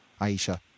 Aisha